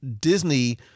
Disney